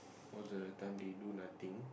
most of the time they do nothing